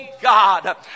God